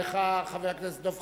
תודה רבה לך, חבר הכנסת דב חנין.